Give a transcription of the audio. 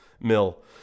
mill